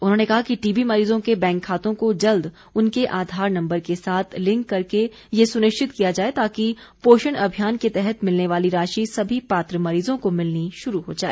उन्होंने कहा कि टीबी मरीजों के बैंक खातों को जल्द उनके आधार नम्बर के साथ लिंक करके यह सुनिश्चित किया जाए ताकि पोषण अभियान के तहत मिलने वाली राशि सभी पात्र मरीजों को मिलनी शुरू हो जाए